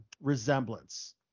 resemblance